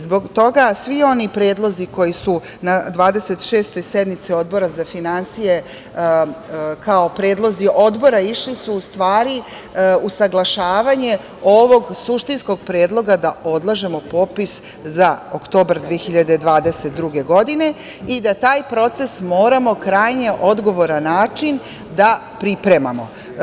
Zbog toga svi oni predlozi koji su na 26. sednici Odbora za finansije kao predlozi odbora išli su, u stvari, usaglašavanje ovog suštinskog predloga da odlažemo popis za oktobar 2022. godinu i da taj proces moramo krajnje na odgovoran način da pripremamo.